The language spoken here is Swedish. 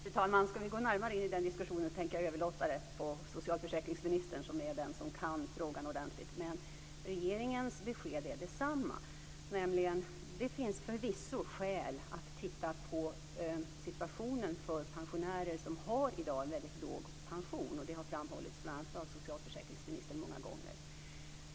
Fru talman! Om vi ska gå närmare in i den diskussionen tänker jag överlåta detta till socialförsäkringsministern som är den som kan frågan ordentligt. Men regeringens besked är detsamma, nämligen att det förvisso finns skäl att titta på situationen för pensionärer som i dag har en mycket låg pension. Och det har framhållits av bl.a. socialförsäkringsministern många gånger.